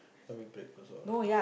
what do you mean breakfast all